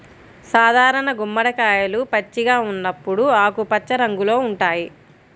సాధారణ గుమ్మడికాయలు పచ్చిగా ఉన్నప్పుడు ఆకుపచ్చ రంగులో ఉంటాయి